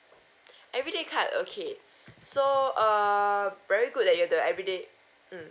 everyday card okay so err very good that you have the everyday mm